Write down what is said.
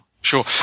sure